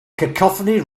cacophony